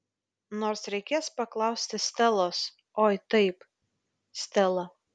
nors reikės paklausti stelos oi taip stela